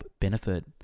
benefit